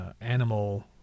animal